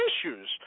issues